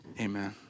amen